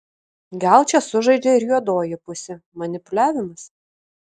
gal čia sužaidžia ir juodoji pusė manipuliavimas